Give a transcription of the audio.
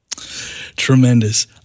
Tremendous